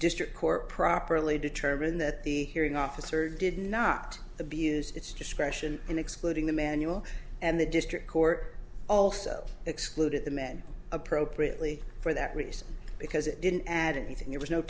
district court properly determined that the hearing officer did not abused its discretion in excluding the manual and the district court also excluded the man appropriately for that reason because it didn't add anything there was no